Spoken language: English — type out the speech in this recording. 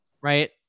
Right